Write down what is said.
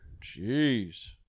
Jeez